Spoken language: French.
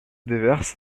déverse